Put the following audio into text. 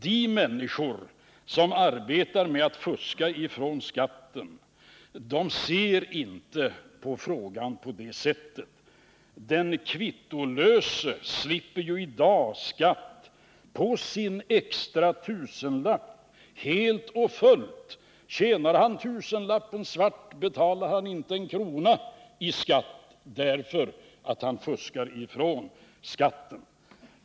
De människor som arbetar med att fuska med skatten ser inte på frågan på det sättet. Den kvittolöse slipper ju i dag skatta på sin extra tusenlapp helt och fullt. Tjänar han tusenlappen svart, betalar han inte en krona i skatt därför att han fuskar ifrån skatten.